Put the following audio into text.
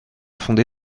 fondé